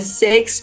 six